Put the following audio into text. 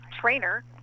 trainer